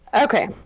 Okay